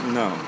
no